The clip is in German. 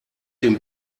den